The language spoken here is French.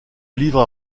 livre